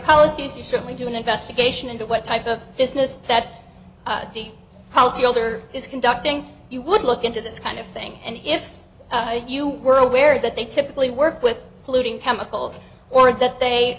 policies you certainly do an investigation into what type of business that policy holder is conducting you would look into this kind of thing and if you were aware that they typically work with polluting chemicals or that they